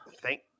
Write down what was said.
thank